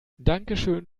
dankeschön